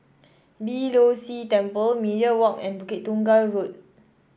Beeh Low See Temple Media Walk and Bukit Tunggal Road